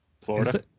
Florida